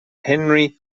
henry